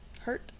Hurt